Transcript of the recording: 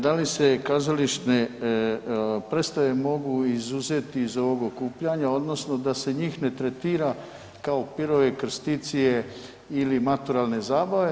Da li se kazališne predstave mogu izuzeti iz ovog okupljanja odnosno da se njih ne tretira kao pirove i krsticije ili maturalne zabave?